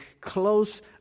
close